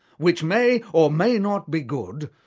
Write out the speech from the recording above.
which may or may not be good,